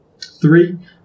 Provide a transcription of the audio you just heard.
Three